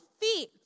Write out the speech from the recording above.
feet